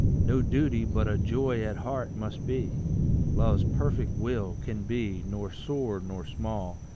no duty but a joy at heart must be love's perfect will can be nor sore nor small,